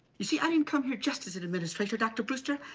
you see, i didn't come here just as an administrator, dr. brewster.